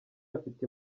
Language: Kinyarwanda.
afite